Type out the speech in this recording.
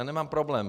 Já nemám problém.